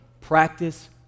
Practice